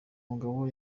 mugabo